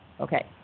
Okay